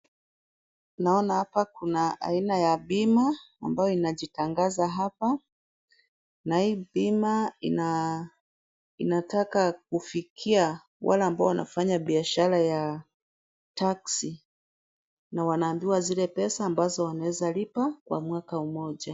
Naona hapa kuna aina ya bima ambayo inajitangaza hapa na hii bima inataka kufikia wale wanafanya biashara ya taxi. Waambiwa zile pesa ambazo wanaweza lipa kwa mwaka mmoja.